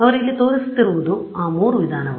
ಆದ್ದರಿಂದ ಅವರು ಇಲ್ಲಿ ತೋರಿಸುತ್ತಿರುವುದು ಆ ಮೂರು ವಿಧಾನಗಳು